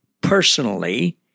personally